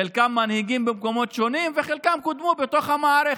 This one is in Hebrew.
חלקם מנהיגים במקומות שונים וחלקם קודמו בתוך המערכת.